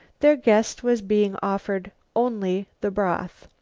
their guest was being offered only the broth.